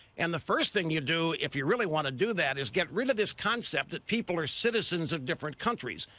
and the first thing you do, if you really want to do that is get rid of this concept people are citizens of different countries.